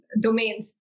domains